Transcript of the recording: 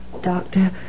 Doctor